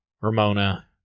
Ramona